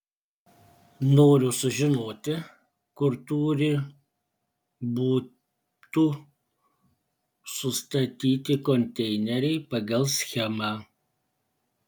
noriu sužinoti kur turi būtų sustatyti konteineriai pagal schemą